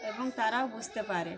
এবং তারাও বুঝতে পারে